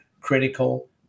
critical